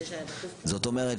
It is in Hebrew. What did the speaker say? זאת אומרת,